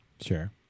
Sure